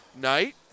night